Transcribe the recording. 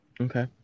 Okay